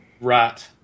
Right